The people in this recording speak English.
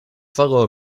fellow